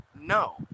No